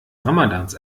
ramadans